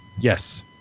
Yes